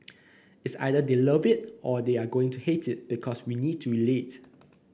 it's either they'll love it or they are going to hate it because we need to relate